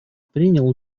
принял